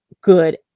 good